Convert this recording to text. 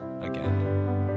again